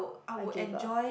I gave up